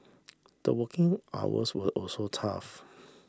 the working hours were also tough